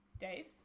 Dave